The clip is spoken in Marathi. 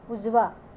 उजवा